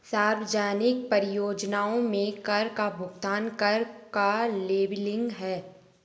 सार्वजनिक परियोजनाओं में कर का भुगतान कर का लेबलिंग है